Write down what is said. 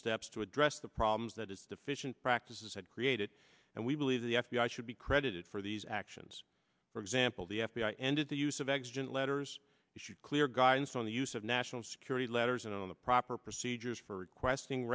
steps to address the problems that is deficient practices had created and we believe the f b i should be credited for these actions for example the f b i ended the use of accident letters issued clear guidance on the use of national security letters and on the proper procedures for requesting